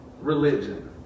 religion